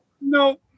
No